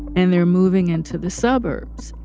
and they're moving into the suburbs.